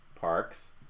parks